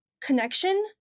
connection